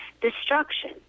destruction